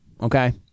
Okay